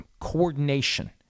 coordination